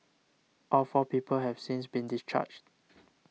all four people have since been discharged